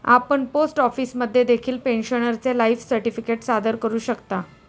आपण पोस्ट ऑफिसमध्ये देखील पेन्शनरचे लाईफ सर्टिफिकेट सादर करू शकता